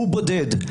הוא בודד.